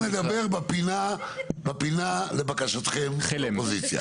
על זה נדבר בפינה לבקשתכם, אופוזיציה.